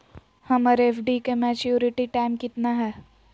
हमर एफ.डी के maturity time कितना है?